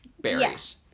Berries